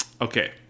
okay